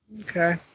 Okay